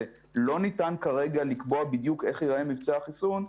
ושלא ניתן כרגע לקבוע בדיוק איך ייראה מבצע החיסון,